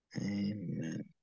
Amen